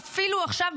אפילו עכשיו,